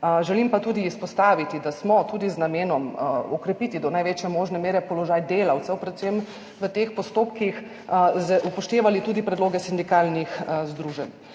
Želim pa tudi izpostaviti, da smo tudi z namenom okrepiti do največje možne mere položaj delavcev predvsem v teh postopkih upoštevali tudi predloge sindikalnih združenj.